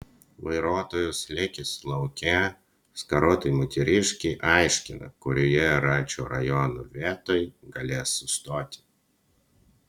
vairuotojas likęs lauke skarotai moteriškei aiškina kurioje račio rajono vietoj galės sustoti